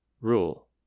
Rule